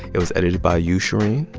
it was edited by you, shereen.